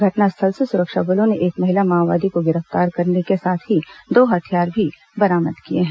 घटनास्थल से सुरक्षा बलों ने एक महिला माओवादी को गिरफ्तार करने के साथ ही दो हथियार भी बरामद किए हैं